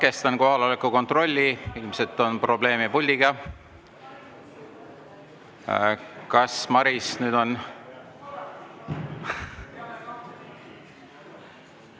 Katkestan kohaloleku kontrolli. Ilmselt on probleem puldiga. Kas, Maris, nüüd on